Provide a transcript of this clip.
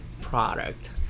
product